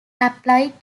applied